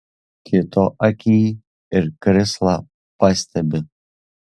kito akyj ir krislą pastebi